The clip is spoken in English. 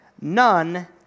None